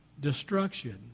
destruction